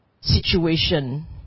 situation